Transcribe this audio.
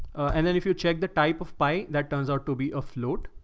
and then if you check the type of pipe that turns out to be afloat,